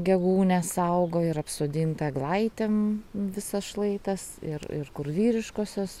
gegūnės auga ir apsodinta eglaitėm visas šlaitas ir ir kur vyriškosios